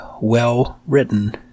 well-written